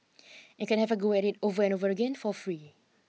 you can have a go at it over and over again for free